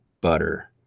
butter